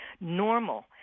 normal